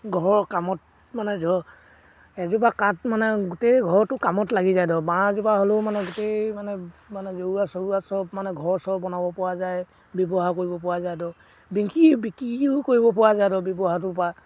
ঘৰৰ কামত মানে ধৰ এজোপা কাঠ মানে গোটেই ঘৰটো কামত লাগি যায় ধৰ বাঁহ এজোপা হ'লেও মানে গোটেই মানে মানে জেওৰা চেওৰা সব মানে ঘৰ চৰ বনাব পৰা যায় ব্যৱহাৰ কৰিব পৰা যায় ধৰক বিংকি বিক্ৰীও কৰিব পৰা যায় ধৰক ব্যৱহাৰটোৰ পৰা